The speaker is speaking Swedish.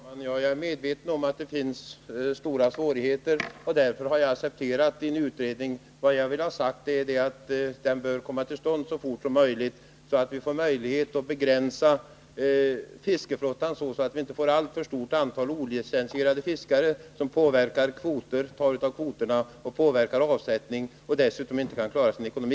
Herr talman! Jag är medveten om att det finns stora svårigheter, och därför har jag accepterat utredningen. Vad jag vill ha sagt är att den bör komma till stånd så fort det kan ske, så att vi får möjlighet att begränsa fiskeflottan för att inte få ett alltför stort antal olicensierade fiskare som tar av kvoterna, påverkar avsättningen och dessutom inte kan klara sin ekonomi.